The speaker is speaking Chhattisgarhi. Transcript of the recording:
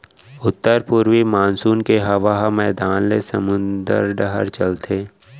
उत्तर पूरवी मानसून के हवा ह मैदान ले समुंद डहर चलथे